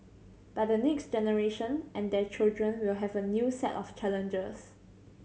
but the next generation and their children will have a new set of challenges